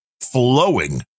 flowing